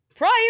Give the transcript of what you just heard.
Prior